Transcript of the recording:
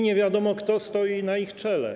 Nie wiadomo, kto stoi na ich czele.